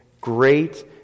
Great